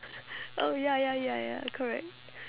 oh ya ya ya ya correct